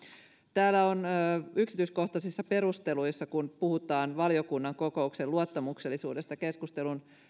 täällä yksityiskohtaisissa perusteluissa kun puhutaan valiokunnan kokouksen luottamuksellisuudesta keskustelun